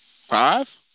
five